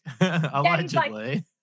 allegedly